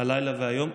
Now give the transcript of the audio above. הלילה והיום.